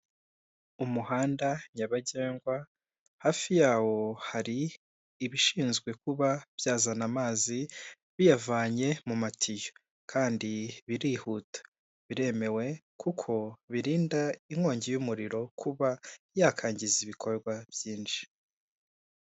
Umuhanda nyabagendwa hafi yawo hari ibishinzwe kuba byazana amazi biyavanye mu matiyo, kandi birihuta biremewe kuko birinda inkongi y'umuriro kuba yakangiza ibikorwa byinshi.